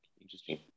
Interesting